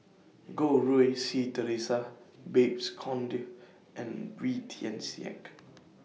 Goh Rui Si Theresa Babes Conde and Wee Tian Siak